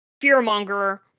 Fear-monger